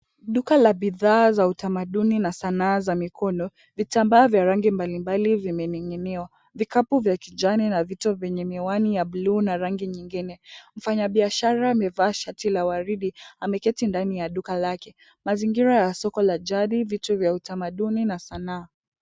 Duka la bidhaa za utamaduni na sanaa za mikono vitambaa vya rangi mbalimbali vimening'iniwa. Vikapu vya kijani na vito vyenye miwani ya blue na rangi nyingine. Mfanyabiashara amevaa shati la waridi ameketi ndani ya duka lake. Mazingira ya soko la jadi ,vitu vya utamaduni na sanaa.